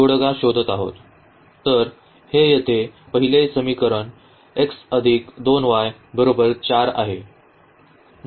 तर हे येथे पहिले समीकरण x 2y 4 आहे